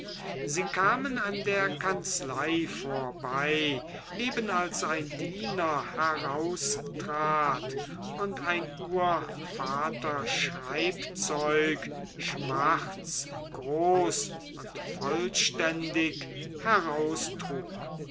sie kamen an der kanzlei vorbei eben als ein diener heraustrat und ein urvater schreibzeug schwarz groß und vollständig heraustrug